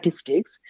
statistics